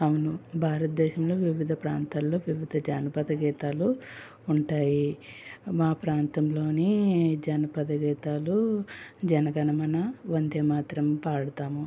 అవును భారతదేశంలో వివిధ ప్రాంతాల్లో వివిధ జానపద గీతాలు ఉంటాయి మా ప్రాంతంలోని జానపద గీతాలు జనగణమన వందే మాత్రం పాడతాము